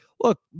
look